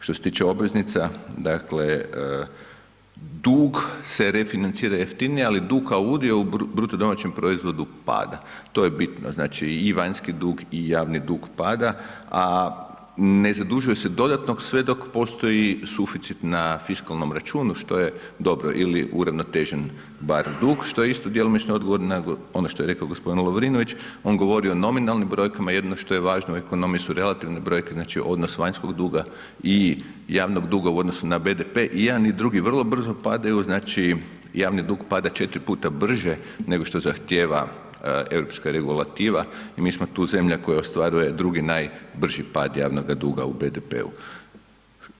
Što se tiče obveznica, dakle dug se refinancira jeftinije, ali dug kao udio u BDP-u pada, to je bitno, znači i vanjski dug i javni dug pada, a ne zadužuje se dodatno sve dok postoji suficit na fiskalnom računu što je dobro ili uravnotežen bar dug, što je isto djelomično odgovor na ono što je rekao g. Lovrinović, on govori o nominalnim brojkama, jedino što je važno u ekonomiji su relativne brojke, znači odnos vanjskog duga i javnog duga u odnosu na BDP i jedan i drugi vrlo brzo padaju, znači javni dug pada 4 puta brže nego što zahtjeva Europska regulativa i mi smo tu zemlja koja ostvaruje drugi najbrži pad javnoga duga u BDP-u.